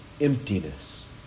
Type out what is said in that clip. emptiness